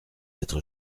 être